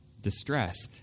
distress